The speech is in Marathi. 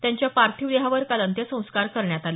त्यांच्या पार्थिव देहावर काल अंत्यसंस्कार करण्यात आले